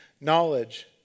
knowledge